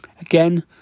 Again